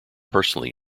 personally